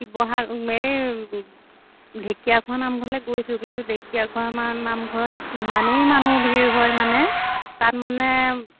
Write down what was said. শিৱ এই ঢেকীয়াখোৱা নামঘৰলৈ গৈছোঁ কিন্তু ঢেকীয়াখোৱা আমাৰ নামঘৰত ইমানেই মানুহ ভিৰ হয় মানে তাত মানে